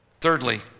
Thirdly